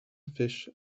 fish